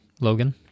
Logan